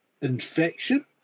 infection